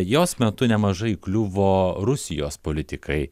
jos metu nemažai kliuvo rusijos politikai